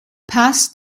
past